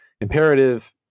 imperative